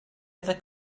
other